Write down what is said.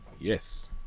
Yes